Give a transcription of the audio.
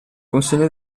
consegna